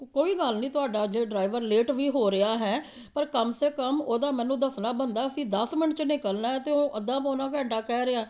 ਕੋਈ ਗੱਲ ਨਹੀਂ ਤੁਹਾਡਾ ਜੇ ਡਰਾਈਵਰ ਲੇਟ ਵੀ ਹੋ ਰਿਹਾ ਹੈ ਪਰ ਕਮ ਸੇ ਕਮ ਉਹਦਾ ਮੈਨੂੰ ਦੱਸਣਾ ਬਣਦਾ ਸੀ ਦਸ ਮਿੰਟ 'ਚ ਨਿਕਲਣਾ ਅਤੇ ਉਹ ਅੱਧਾ ਪੌਣਾ ਘੰਟਾ ਕਹਿ ਰਿਹਾ